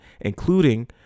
including